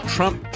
Trump